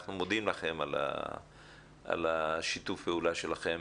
אנחנו מודים לכם על שיתוף הפעולה שלכם.